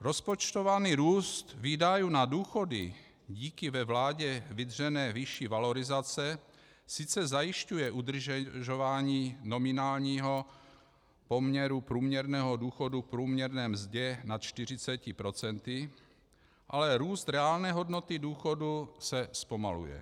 Rozpočtovaný růst výdajů na důchody díky ve vládě vydřené výši valorizace sice zajišťuje udržování nominálního poměru průměrného důchodu k průměrné mzdě nad 40 %, ale růst reálné hodnoty důchodu se zpomaluje.